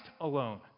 alone